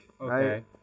Okay